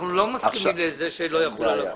אנחנו לא מסכימים לזה שלא יחול על הכול.